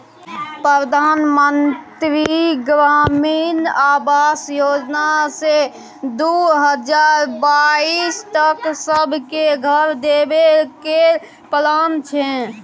परधान मन्त्री ग्रामीण आबास योजना सँ दु हजार बाइस तक सब केँ घर देबे केर प्लान छै